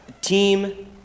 team